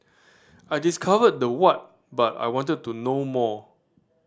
I discovered the what but I wanted to know more